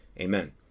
Amen